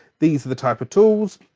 these are the type of tools,